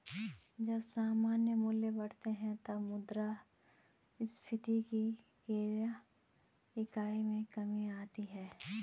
जब सामान्य मूल्य बढ़ते हैं, तब मुद्रास्फीति की क्रय इकाई में कमी आती है